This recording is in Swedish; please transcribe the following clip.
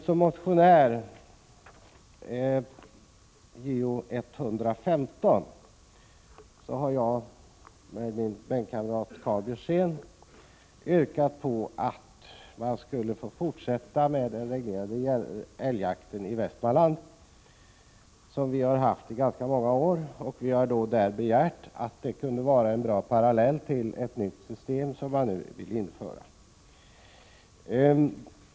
Jag har tillsammans med min bänkkamrat Karl Björzén i motionen Jo115 yrkat att man skulle få fortsätta med den reglerade älgjakten i Västmanland såsom den har bedrivits under ganska många år. Vi har i motionen anfört att det kunde vara en bra parallell till det nya system som man nu vill införa.